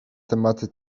tematy